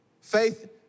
Faith